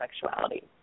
sexuality